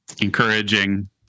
encouraging